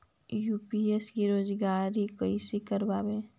UPI से रोजगार कैसे करबय?